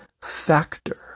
factor